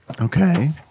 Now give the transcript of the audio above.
Okay